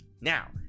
Now